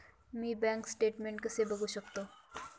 मी bank statement कसे बघू शकतो?